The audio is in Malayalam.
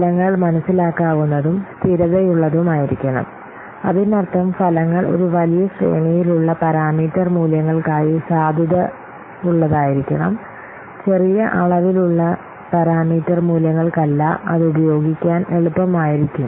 ഫലങ്ങൾ മനസ്സിലാക്കാവുന്നതും സ്ഥിരതയുള്ളതുമായിരിക്കണം അതിനർത്ഥം ഫലങ്ങൾ ഒരു വലിയ ശ്രേണിയിലുള്ള പാരാമീറ്റർ മൂല്യങ്ങൾക്കായി സാധുതയുള്ളതായിരിക്കണം ചെറിയ അളവിലുള്ള പാരാമീറ്റർ മൂല്യങ്ങൾക്കല്ല അത് ഉപയോഗിക്കാൻ എളുപ്പമായിരിക്കും